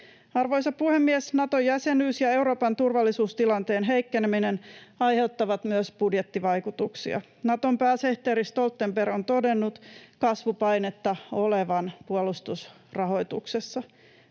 Arvoisa puhemies! Nato-jäsenyys ja Euroopan turvallisuustilanteen heikkeneminen aiheuttavat myös budjettivaikutuksia. Naton pääsihteeri Stoltenberg on todennut puolustusrahoituksessa